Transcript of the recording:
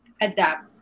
adapt